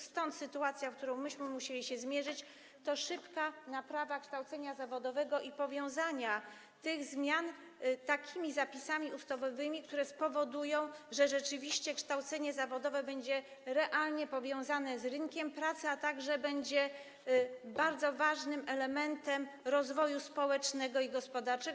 Stąd sytuacja, z którą myśmy musieli się zmierzyć, to szybka naprawa kształcenia zawodowego i powiązanie tych zmian takimi zapisami ustawowymi, które spowodują, że rzeczywiście kształcenie zawodowe będzie realnie powiązane z rynkiem pracy, a także będzie bardzo ważnym elementem rozwoju społecznego i gospodarczego.